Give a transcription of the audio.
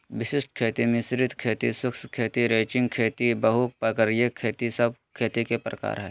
वशिष्ट खेती, मिश्रित खेती, शुष्क खेती, रैचिंग खेती, बहु प्रकारिय खेती सब खेती के प्रकार हय